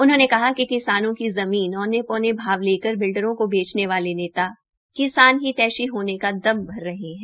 उन्होंने कहा कि किसानों की ज़मीन औने पौने भाव लेकर बिल्डरों को बेचने वाले नेता किसान हितैषी होने का दम भर रहे है